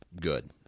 Good